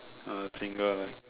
uh single lah